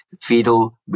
fetal